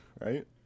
right